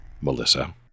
Melissa